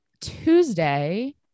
Tuesday